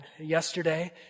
yesterday